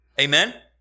Amen